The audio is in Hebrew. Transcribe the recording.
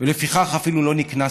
ולפיכך, אפילו לא נקנסתי.